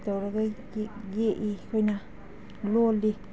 ꯇꯧꯔꯒ ꯌꯦꯛꯏ ꯑꯗꯨꯅ ꯂꯣꯜꯂꯤ